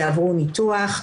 יעברו ניתוח,